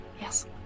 Yes